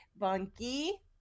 Bunky